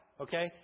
okay